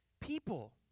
people